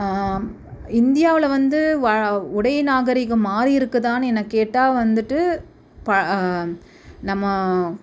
இந்தியாவில் வந்து வ உடை நாகரீகம் மாறியிருக்குதான்னு என்ன கேட்டால் வந்துட்டு ப நம்ம